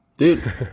Dude